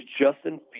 Justin